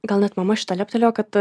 gal net mama šitą leptelėjo kad